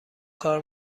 کار